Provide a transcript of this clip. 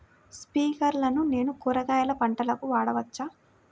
స్ప్రింక్లర్లను నేను కూరగాయల పంటలకు వాడవచ్చా?